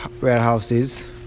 warehouses